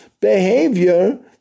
behavior